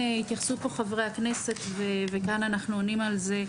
התייחסו פה חברי הכנסת וכאן אנחנו עונים על זה,